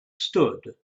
stood